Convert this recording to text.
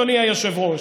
אדוני היושב-ראש,